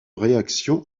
réaction